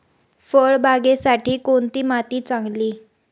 फळबागेसाठी कोणती माती चांगली?